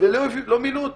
ולא מילאו אותו.